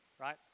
right